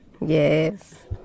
Yes